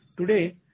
Today